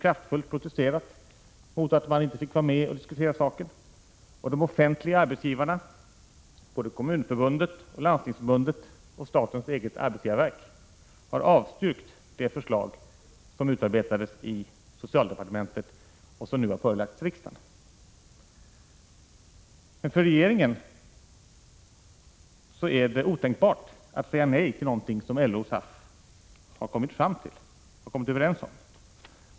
kraftfullt protesterat mot att man inte fick vara med och diskutera saken, och de offentliga arbetsgivarna — både Kommunförbundet, Landstingsförbundet och statens eget arbetsgivarverk — har avstyrkt det förslag som utarbetades i socialdepartementet och som nu har förelagts riksdagen. För regeringen är det otänkbart att säga nej till någontingsom LO och SAF har kommit överens om.